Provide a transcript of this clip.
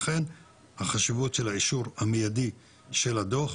לכן החשיבות של האישור המידי של הדוח,